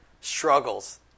struggles